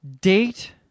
date